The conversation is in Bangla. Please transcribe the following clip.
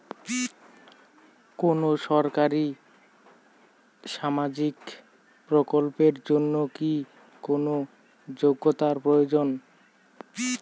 কোনো সরকারি সামাজিক প্রকল্পের জন্য কি কোনো যোগ্যতার প্রয়োজন?